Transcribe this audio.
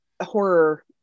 horror